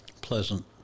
Pleasant